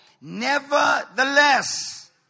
Nevertheless